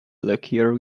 luckier